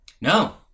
No